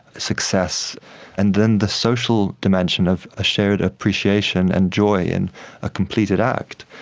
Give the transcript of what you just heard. success and then the social dimension of a shared appreciation and joy in a completed act.